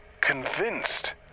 convinced